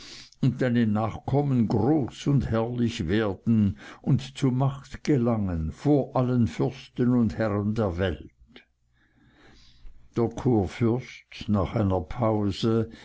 und deine nachkommen groß und herrlich werden und zu macht gelangen vor allen fürsten und herren der welt der kurfürst nach einer pause